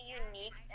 unique